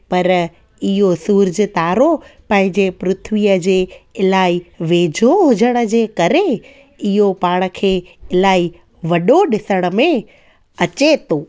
पर इहो सूरज तारो पंहिंजे पृथ्वीअ जे इलाही वेझो हुजण जे करे इहो पाण खे इलाही वॾो ॾिसण में अचे थो